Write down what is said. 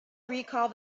recalled